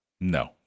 No